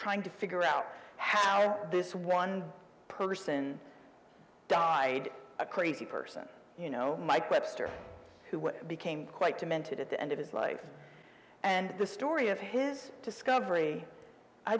trying to figure out how this one person died a crazy person you know mike webster who became quite demented at the end of his life and the story of his discovery i